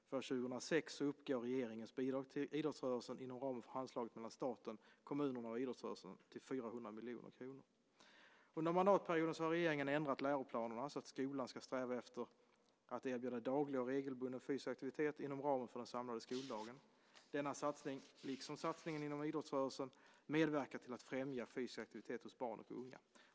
För år 2006 uppgår regeringens bidrag till idrottsrörelsen inom ramen för Handslaget mellan staten, kommunerna och idrottsrörelsen till 400 miljoner kronor. Under mandatperioden har regeringen ändrat läroplanerna så att skolan ska sträva efter att erbjuda daglig och regelbunden fysisk aktivitet inom ramen för den samlade skoldagen. Denna satsning liksom satsningen inom idrottsrörelsen medverkar till att främja fysisk aktivitet hos barn och unga.